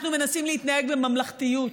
אנחנו מנסים להתנהג בממלכתיות,